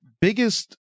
biggest